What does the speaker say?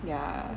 ya